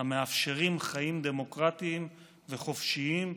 המאפשרות חיים דמוקרטיים וחופשיים,